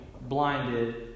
blinded